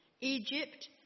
Egypt